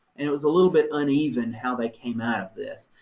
and it was a little bit uneven how they came out of this,